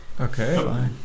Okay